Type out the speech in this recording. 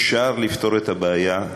אפשר לפתור את הבעיה,